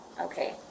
Okay